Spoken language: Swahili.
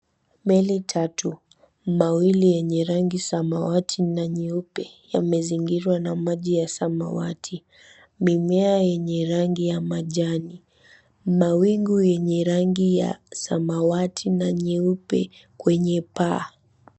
Meli tatu, mawili yenye rangi samawati na nyeupe, yamezingirwa na maji ya samawati. Mimea yenye rangi ya majani. Mawingu yenye rangi ya samawati na nyeupe kwenye paa.